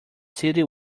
city